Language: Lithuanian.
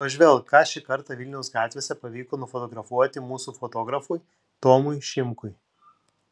pažvelk ką šį kartą vilniaus gatvėse pavyko nufotografuoti mūsų fotografui tomui šimkui